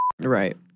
Right